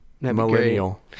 millennial